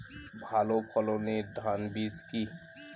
ভালো ফলনের ধান বীজ কি?